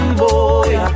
boy